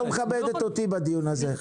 רות, את לא מכבדת אותי בדיון הזה.